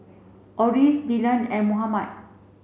Orris Dillan and Mohammad